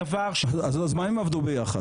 אז מה אם עבדו ביחד?